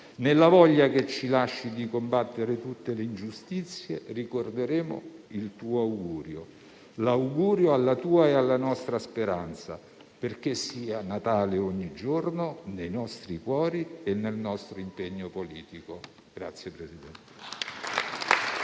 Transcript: nella voglia che ci lasci di combattere tutte le ingiustizie, ricorderemo il tuo augurio, l'augurio alla tua e alla nostra speranza, perché sia Natale ogni giorno nei nostri cuori e nel nostro impegno politico.